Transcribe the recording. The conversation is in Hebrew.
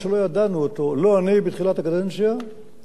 לא אני בתחילת הקדנציה ולא השר שלפני,